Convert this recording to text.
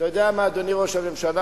אתה יודע מה, אדוני ראש הממשלה,